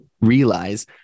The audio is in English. realize